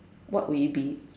what will it be